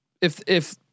if—if